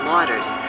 Waters